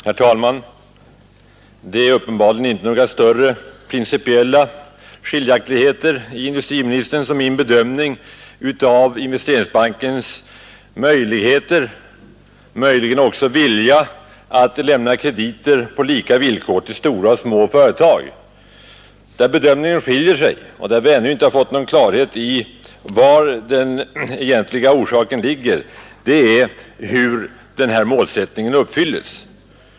Herr talman! Det är uppenbarligen inte några större principiella skiljaktigheter mellan industriministerns och min bedömning av Investeringsbankens möjligheter — kanske också vilja — att lämna krediter på lika villkor till stora och små företag. Våra bedömningar skiljer sig framför allt i fråga om vad som är orsaken till att målsättningen inte uppfylls, och där har vi inte lyckats skapa klarhet.